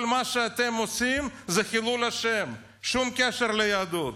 כל מה שאתם עושים הוא חילול השם, שום קשר ליהדות.